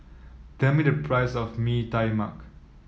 tell me the price of Mee Tai Mak